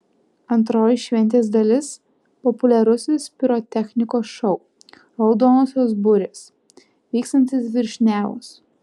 antroji šventės dalis populiarusis pirotechnikos šou raudonosios burės vykstantis virš nevos